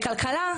בכלכלה,